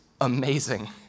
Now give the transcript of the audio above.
amazing